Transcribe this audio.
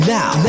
Now